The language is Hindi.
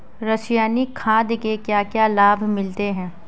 रसायनिक खाद के क्या क्या लाभ मिलते हैं?